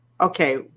Okay